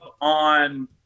on